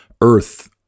Earth